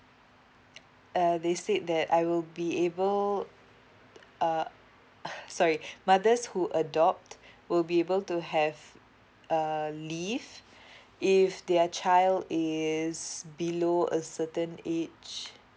uh they said that I will be able uh uh sorry mothers who adopt will be able to have uh leave if their child is below a certain age